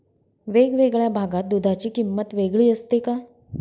वेगवेगळ्या भागात दूधाची किंमत वेगळी असते का?